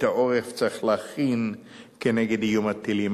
את העורף צריך להכין כנגד איום הטילים.